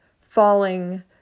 falling